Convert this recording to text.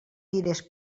diners